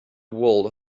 world